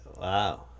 Wow